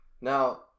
Now